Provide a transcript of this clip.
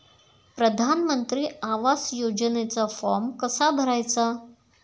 प्रधानमंत्री आवास योजनेचा फॉर्म कसा भरायचा?